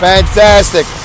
Fantastic